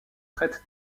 traite